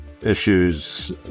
issues